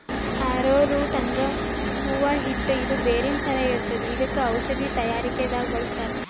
ಆರೊ root ಅಂದ್ರ ಕೂವ ಹಿಟ್ಟ್ ಇದು ಬೇರಿನ್ ಥರ ಇರ್ತದ್ ಇದಕ್ಕ್ ಔಷಧಿ ತಯಾರಿಕೆ ದಾಗ್ ಬಳಸ್ತಾರ್